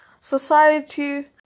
Society